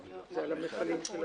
לא, זה על המכלים של